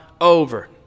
over